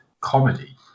comedy